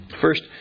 first